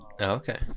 okay